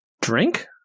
Drink